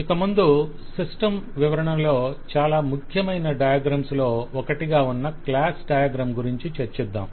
ఇక ముందు సిస్టమ్ వివరణలో చాలా ముఖ్యమైన డయాగ్రమ్స్ లో ఒకటిగా ఉన్న క్లాస్ డయాగ్రమ్ గురించి చర్చిద్దాం